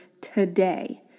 today